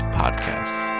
podcasts